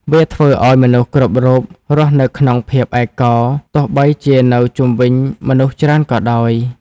វាធ្វើឱ្យមនុស្សគ្រប់រូបរស់នៅក្នុងភាពឯកោ ទោះបីជានៅជុំវិញមនុស្សច្រើនក៏ដោយ។